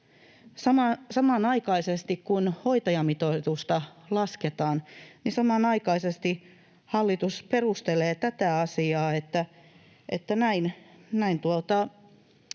Samanaikaisesti, kun hoitajamitoitusta lasketaan, hallitus perustelee tätä asiaa niin, että näin saadaan